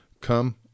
Come